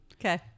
okay